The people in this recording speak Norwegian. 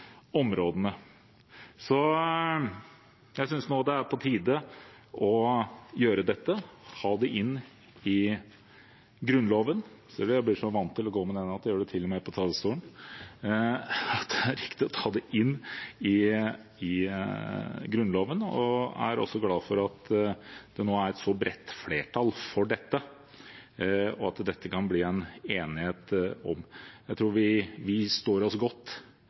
områdene. Jeg synes det nå er på tide å gjøre dette, og at det er riktig å ta det inn i Grunnloven. Jeg er glad for at det nå er et så bredt flertall for det, og at det kan bli en enighet om det. Jeg tror vi står oss godt